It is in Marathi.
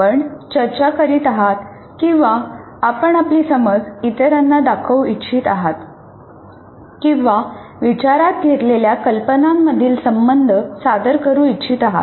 आपण चर्चा करीत आहात किंवा आपण आपली समज इतरांना दाखवू इच्छित आहात किंवा विचारात घेतलेल्या कल्पनांमधील संबंध सादर करू इच्छित आहात